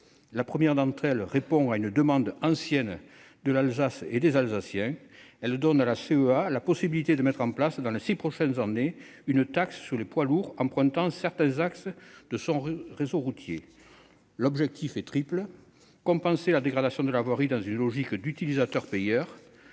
La première d'entre elles répond à une demande ancienne de l'Alsace et des Alsaciens. Elle donne à la CEA la possibilité de mettre en place, dans les six prochaines années, une taxe sur les poids lourds empruntant certains axes de son réseau routier. L'objectif est triple : compenser la dégradation de la voirie, dans une logique d'utilisateur-payeur